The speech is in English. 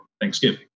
Thanksgiving